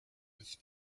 with